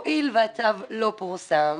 הואיל והצו לא פורסם,